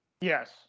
Yes